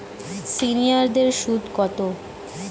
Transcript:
সিনিয়ারদের সুদ কত?